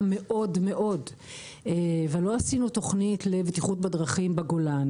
ולא עשינו תוכנית לבטיחות בדרכים בגולן.